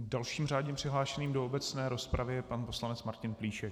Dalším řádně přihlášeným do obecné rozpravy je pan poslanec Martin Plíšek.